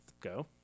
go